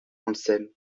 anselme